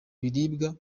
biribwa